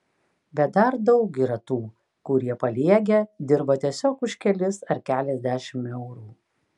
bet dar daug yra tų kurie paliegę dirba tiesiog už kelis ar keliasdešimt eurų